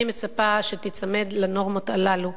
אני מצפה שתיצמד לנורמות הללו.